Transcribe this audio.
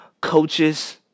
coaches